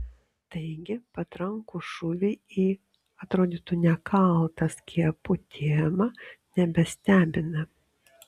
taigi patrankų šūviai į atrodytų nekaltą skiepų temą nebestebina